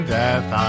death